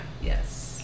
yes